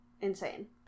Insane